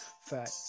fact